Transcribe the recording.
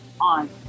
on